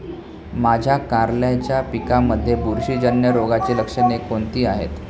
माझ्या कारल्याच्या पिकामध्ये बुरशीजन्य रोगाची लक्षणे कोणती आहेत?